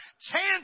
chance